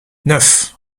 neuf